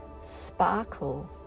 sparkle